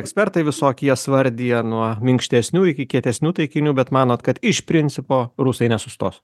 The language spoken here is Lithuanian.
ekspertai visokie jas vardija nuo minkštesnių iki kietesnių taikinių bet manot kad iš principo rusai nesustos